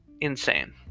Insane